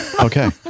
okay